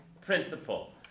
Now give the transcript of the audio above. principle